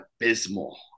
abysmal